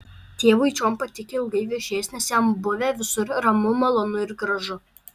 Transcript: tėvui čion patikę ilgai viešėjęs nes jam buvę visur ramu malonu ir gražu